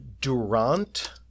Durant